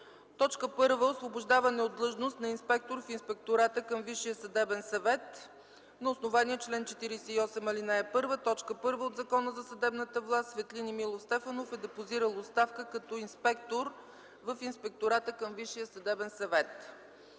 г.: 1. Освобождаване от длъжност на инспектор в Инспектората към Висшия съдебен съвет. (На основание чл. 48, ал. 1, т. 1 от Закона за съдебната власт Светлин Емилов Стефанов е депозирал оставка като инспектор в Инспектората към Висшия съдебен съвет.)